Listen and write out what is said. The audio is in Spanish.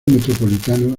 metropolitanos